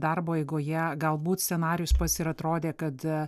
darbo eigoje galbūt scenarijus pats ir atrodė kad